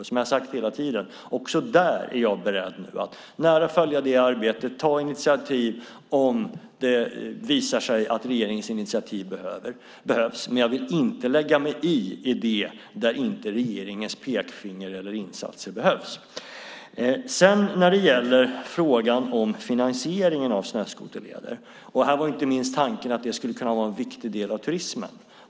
Som jag har sagt hela tiden är jag också där beredd att nära följa arbetet och ta initiativ om det visar sig att regeringens initiativ behövs. Men jag vill inte lägga mig i där regeringens pekfinger eller insatser inte behövs. Sedan gäller det frågan om finansiering av snöskoterleder. Tanken var att de inte minst skulle kunna vara en viktig del av turismen.